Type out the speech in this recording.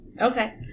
okay